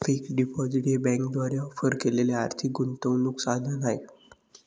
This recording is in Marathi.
फिक्स्ड डिपॉझिट हे बँकांद्वारे ऑफर केलेले आर्थिक गुंतवणूक साधन आहे